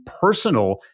personal